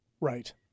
Right